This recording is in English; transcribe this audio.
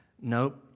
nope